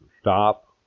stop